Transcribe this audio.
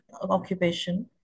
occupation